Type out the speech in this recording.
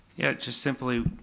yeah, just simply,